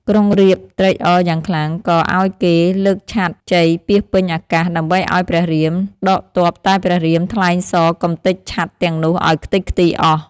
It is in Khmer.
ក្រុងរាពណ៍ត្រេកអរយ៉ាងខ្លាំង ក៏ឱ្យគេលើកឆ័ត្រជ័យពាសពេញអាកាស ដើម្បីឱ្យព្រះរាម ដកទ័ពតែព្រះរាមថ្លែងសរកម្ទេចឆត្រីទាំងនោះឱ្យខ្ទេចខ្ទីរអស់។